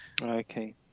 okay